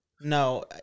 No